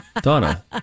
Donna